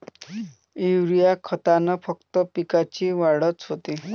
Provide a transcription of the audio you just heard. Urea खतानं फक्त पिकाची वाढच होते का?